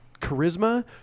charisma